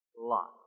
Lot